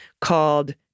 called